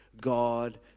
God